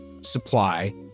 supply